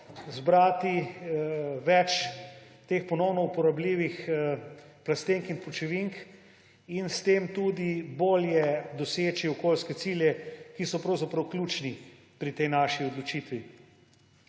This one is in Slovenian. zbrati več teh ponovno uporabljivih plastenk in pločevink in s tem tudi bolje doseči okoljske cilje, ki so pravzaprav ključni pri tej naši odločitvi.